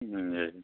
जी